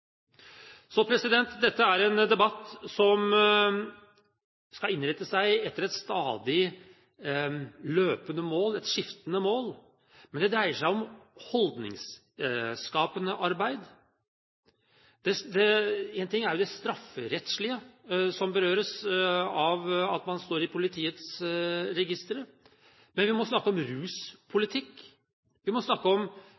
dette er en debatt som skal innrette seg etter et stadig løpende mål, et skiftende mål, men det dreier seg om holdningsskapende arbeid. En ting er det strafferettslige, som berøres av at man står i politiets registre. Men vi må snakke om ruspolitikk. Vi må snakke om